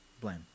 Blame